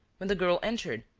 when the girl entered,